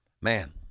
man